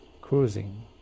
cruising